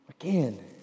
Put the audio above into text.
Again